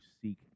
seek